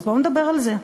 אז בואו נדבר על זה.